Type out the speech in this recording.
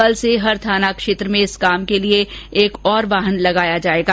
कल से हर थाना क्षेत्र में इस कार्य के लिए एक ओर वाहन लगाया जाएगा